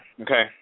Okay